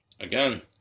Again